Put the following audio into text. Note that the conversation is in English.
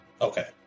Okay